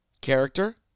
character